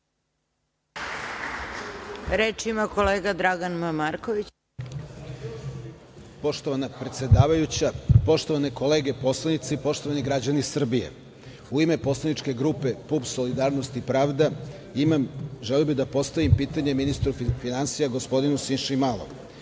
M. Marković. **Dragan M. Marković** Poštovana predsedavajuća, poštovane kolege poslanici, poštovani građani Srbije, u ime poslaničke grupe PUPS – Solidarnost i pravda želeo bih da postavim pitanje ministru finansija, gospodinu Siniši